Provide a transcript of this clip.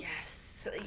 yes